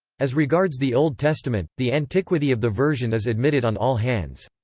as regards the old testament, the antiquity of the version is admitted on all hands.